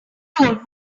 told